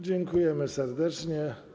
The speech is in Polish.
Dziękujemy serdecznie.